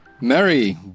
Mary